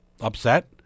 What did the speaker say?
upset